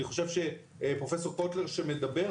אני חושב שפרופ' קוטלר שמדבר,